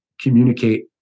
communicate